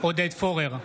עודד פורר,